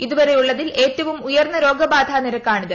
ഇതുവരെയുള്ളതിൽ ഏറ്റവും ഉയർന്ന് രോഗബാധാ നിരക്കാണിത്